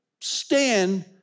stand